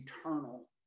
eternal